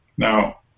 Now